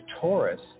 Taurus